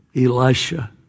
Elisha